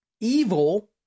evil